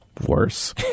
Worse